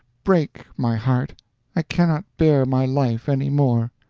break, my heart i cannot bear my life any more!